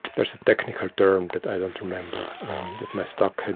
there's a technical term that i don't remember that my stock had